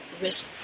risk